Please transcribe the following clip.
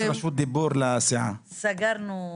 אני מבקש רשות דיבור לסיעה במליאה.